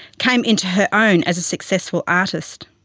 came into her own as a successful artist.